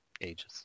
ages